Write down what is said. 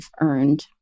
earned